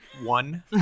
One